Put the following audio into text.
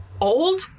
old